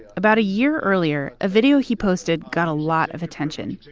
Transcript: about a year earlier, a video he posted got a lot of attention.